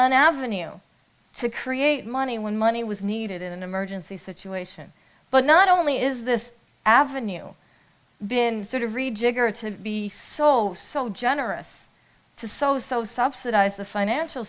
an avenue to create money when money was needed in an emergency situation but not only is this ave been sort of rejigger to be sold so generous to so so subsidize the financial